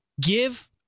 give